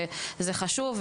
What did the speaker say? זה חשוב.